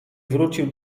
wrócił